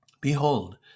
Behold